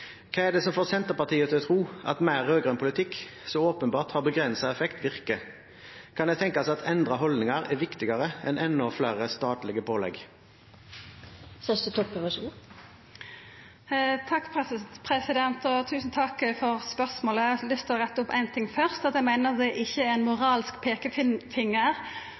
Hva er det som får Senterpartiet til å tro at mer rød-grønn politikk, som åpenbart har begrenset effekt, virker? Kan det tenkes at endrede holdninger er viktigere enn enda flere statlige pålegg? Tusen takk for spørsmålet. Eg har lyst til å retta opp ein ting først: Eg meiner at det ikkje er ein moralsk